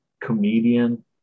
Comedian